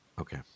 Okay